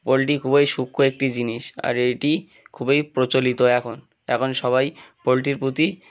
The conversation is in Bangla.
পোলট্রি খুবই সূক্ষ্ম একটি জিনিস আর এটি খুবই প্রচলিত এখন এখন সবাই পোলট্রির প্রতি